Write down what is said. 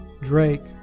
Drake